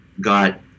got